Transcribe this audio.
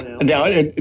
Now